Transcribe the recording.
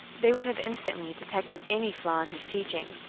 they would have instantly detected any flaw in his teaching.